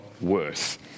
worse